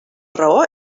raó